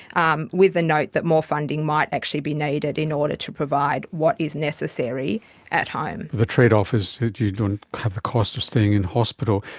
um with a note that more funding might actually be needed in order to provide what is necessary at home. the trade-off is that you don't have the cost of staying in hospital.